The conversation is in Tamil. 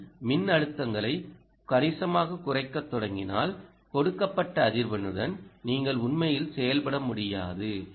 நீங்கள் மின்னழுத்தங்களை கணிசமாகக் குறைக்கத் தொடங்கினால் கொடுக்கப்பட்ட அதிர்வெண்ணுடன் நீங்கள் உண்மையில் செயல்பட முடியாது